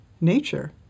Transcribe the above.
nature